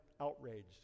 Outraged